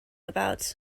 about